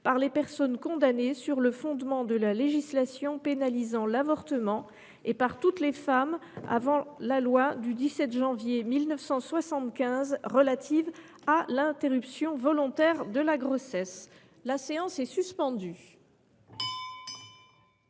par les personnes condamnées sur le fondement de la législation pénalisant l’avortement, et par toutes les femmes, avant la loi n° 75 17 du 17 janvier 1975 relative à l’interruption volontaire de la grossesse, présentée